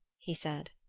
he said.